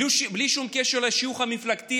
בלי שום קשר לשיוך המפלגתי,